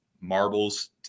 marbles